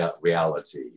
reality